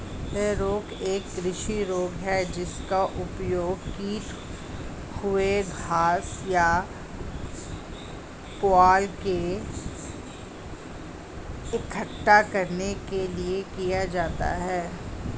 हे rake एक कृषि rake है जिसका उपयोग कटे हुए घास या पुआल को इकट्ठा करने के लिए किया जाता है